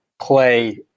play